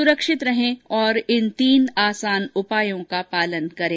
सुरक्षित रहें और इन तीन आसान उपायों का पालन करें